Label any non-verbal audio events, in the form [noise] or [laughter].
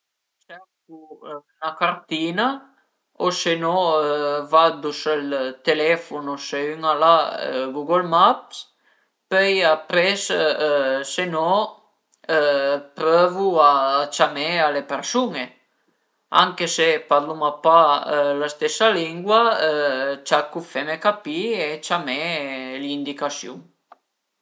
Cercu 'na cartina o se no vadu sël telefono se ün al a Google Maps, pöi apres se no prövu a ciamé a le persun-e anche se parluma pa la stesa lingua [hesitation] cercu dë feme capì e ciamé l'indicasiun